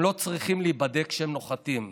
הם לא צריכים להיבדק כשהם נוחתים.